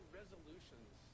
resolutions